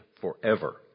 forever